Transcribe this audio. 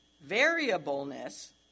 variableness